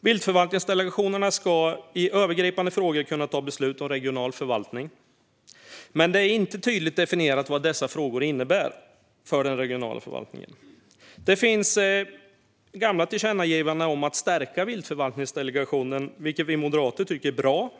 Viltförvaltningsdelegationerna ska i övergripande frågor kunna ta beslut om regional förvaltning, men det är inte tydligt definierat vad dessa frågor innebär för den regionala förvaltningen. Det finns gamla tillkännagivanden om att stärka viltförvaltningsdelegationerna, vilket vi moderater tycker är bra.